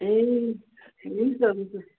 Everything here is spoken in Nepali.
ए हुन्छ हुन्छ